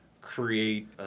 create